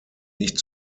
nicht